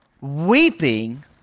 weeping